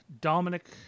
Dominic